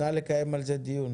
נא לקיים על זה דיון.